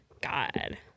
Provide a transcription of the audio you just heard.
God